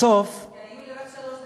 בסוף, כי היו לי רק שלוש דקות.